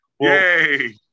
Yay